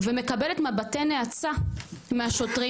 ומקבלת מבטי נאצה מהשוטרים.